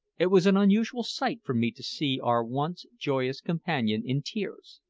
it was an unusual sight for me to see our once joyous companion in tears,